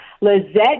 Lizette